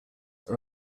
are